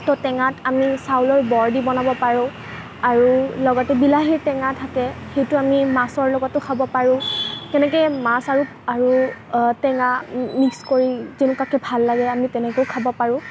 তো টেঙাত আমি চাউলৰ বৰ দি বনাব পাৰোঁ আৰু লগতে বিলাহীৰ টেঙা থাকে সেইটো আমি মাছৰ লগতো খাব পাৰোঁ তেনেকৈ মাছ আৰু আৰু টেঙা মিক্স কৰি তেনেকুৱাকৈ ভাল লাগে আমি তেনেকৈ খাব পাৰোঁ